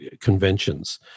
conventions